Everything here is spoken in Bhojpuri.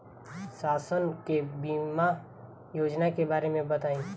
शासन के बीमा योजना के बारे में बताईं?